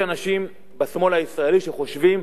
יש אנשים בשמאל הישראלי שחושבים